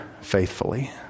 faithfully